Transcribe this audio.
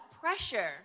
pressure